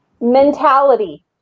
Mentality